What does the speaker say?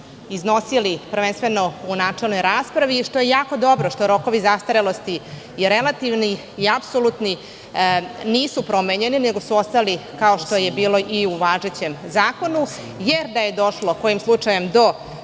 iznosili, prvenstveno u načelnoj raspravi i što je jako dobro što rokovi zastarelosti i relativni i apsolutni nisu promenjeni, nego su ostali kao što je bilo i važećem zakonu, jer da je kojim slučajem